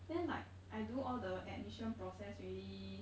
then like I do all the admission process already